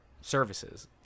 services